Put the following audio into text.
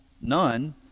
none